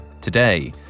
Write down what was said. Today